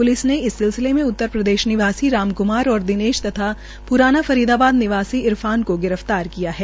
police ने इस सिलसिले में उत्तर प्रदेश निवासी राजक्मार व दिनेश तथा प्राना फरीदाबाद निवासी इर फान को गिरफ्तार किया है